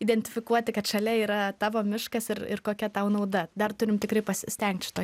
identifikuoti kad šalia yra tavo miškas ir ir kokia tau nauda dar turim tikrai pasistengt šitoj